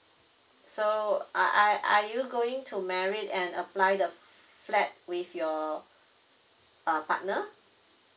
so I I I are you going to married and apply the flat with your uh partner